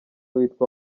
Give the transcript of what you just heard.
witwa